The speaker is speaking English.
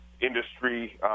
industry